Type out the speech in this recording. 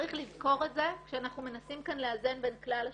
צריך לזכור את זה כשאנחנו מנסים כאן לאזן בין כלל השיקולים.